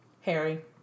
Harry